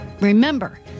remember